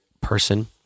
person